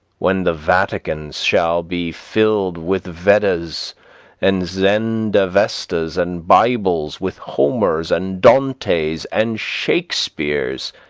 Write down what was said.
when the vaticans shall be filled with vedas and zendavestas and bibles, with homers and dantes and shakespeares,